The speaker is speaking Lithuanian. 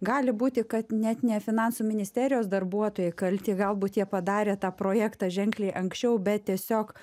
gali būti kad net ne finansų ministerijos darbuotojai kalti galbūt jie padarė tą projektą ženkliai anksčiau bet tiesiog